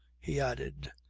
he added.